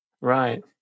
Right